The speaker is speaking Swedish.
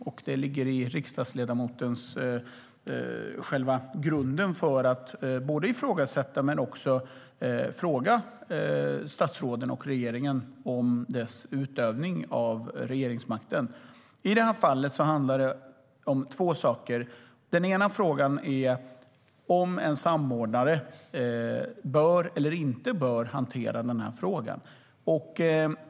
Själva grunden för en riksdagsledamot är att ifrågasätta statsråden men också att fråga statsråden och regeringen om deras utövning av regeringsmakten.I det här fallet handlar det om två saker. Den ena är om en samordnare bör eller inte bör hantera den här frågan.